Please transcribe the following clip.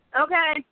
Okay